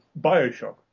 Bioshock